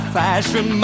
fashion